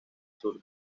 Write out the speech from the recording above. sur